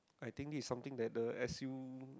I think this is something that the S U